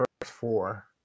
Four